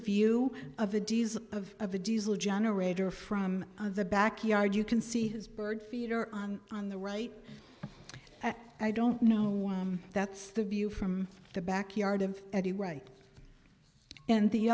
view of a diesel of of a diesel generator from the back yard you can see his bird feeder on the right i don't know that's the view from the back yard of eddie right and the